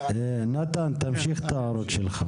נתן, תמשיך להעיר את ההערות שלך.